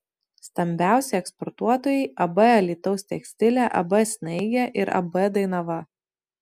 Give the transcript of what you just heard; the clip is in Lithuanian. stambiausi eksportuotojai ab alytaus tekstilė ab snaigė ir ab dainava